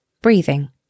breathing